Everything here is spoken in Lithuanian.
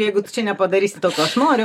jeigu čia nepadarysi to ko aš noriu